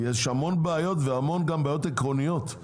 יש המון בעיות וגם המון בעיות עקרוניות,